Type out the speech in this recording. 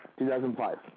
2005